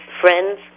friends